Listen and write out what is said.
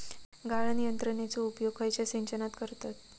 गाळण यंत्रनेचो उपयोग खयच्या सिंचनात करतत?